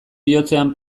bihotzean